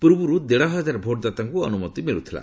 ପୂର୍ବରୁ ଦେଢ଼ ହଜାର ଭୋଟଦାତାଙ୍କୁ ଅନୁମତି ମିଳୁଥିଲା